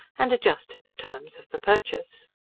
and adjusted the terms of the purchase.